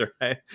right